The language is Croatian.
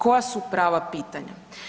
Koja su prava pitanja?